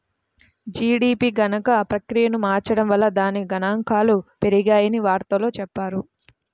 GDP గణన ప్రక్రియను మార్చడం వల్ల దాని గణాంకాలు పెరిగాయని వార్తల్లో చెప్పారు